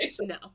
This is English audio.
No